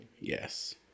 Yes